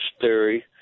theory